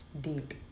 Deep